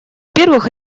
первых